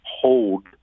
hold